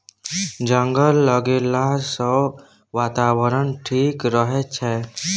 जंगल लगैला सँ बातावरण ठीक रहै छै